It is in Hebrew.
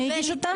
מי הגיש אותן?